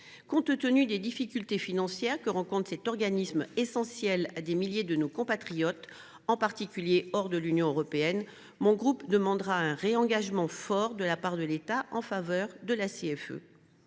Compte tenu des difficultés financières que rencontre cet organisme essentiel pour des milliers de nos compatriotes, en particulier hors de l’Union européenne, mon groupe demandera un réengagement fort de la part de l’État en faveur de cette